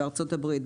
בארה"ב,